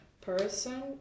person